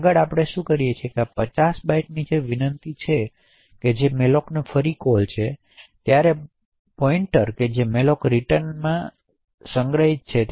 આગળ આપણે શું કરીએ છીએ કે આપણે 50 બાઇટ્સની વિનંતી સાથે ફરીથી મેલોકની વિનંતી કરીશું અને પોઇન્ટર છે કે મેલોક રીટર્ન સીમાં સંગ્રહિત છે